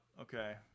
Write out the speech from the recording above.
Okay